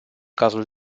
cazul